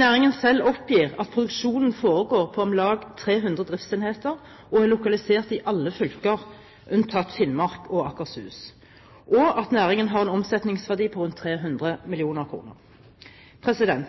Næringen selv oppgir at produksjonen foregår på om lag 300 driftsenheter og er lokalisert i alle fylker unntatt Finnmark og Akershus, og at næringen har en omsetningsverdi på rundt 300